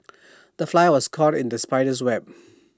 the fly was caught in the spider's web